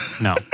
no